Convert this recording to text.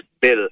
Bill